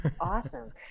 Awesome